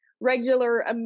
regular